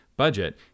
Budget